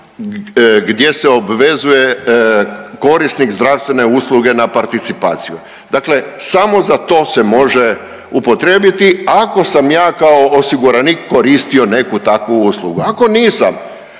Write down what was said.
gdje se obvezuje korisnik zdravstvene usluge na participaciju. Znači samo za to se može upotrijebiti ako sam ja kao osiguranik koristio neku takvu uslugu. Ako nisam,